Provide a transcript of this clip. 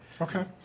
Okay